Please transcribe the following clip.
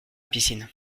piscine